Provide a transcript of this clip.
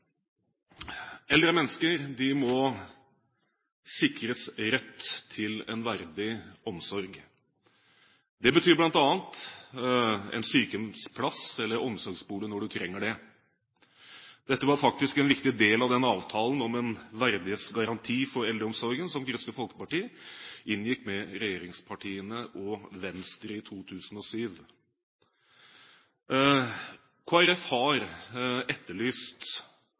Eldre mennesker må sikres rett til en verdig omsorg. Det betyr bl.a. en sykehjemsplass eller omsorgsbolig når man trenger det. Dette var faktisk en viktig del av avtalen om en verdighetsgaranti for eldreomsorgen som Kristelig Folkeparti inngikk med regjeringspartiene og Venstre i 2007. Kristelig Folkeparti har etterlyst